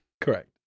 correct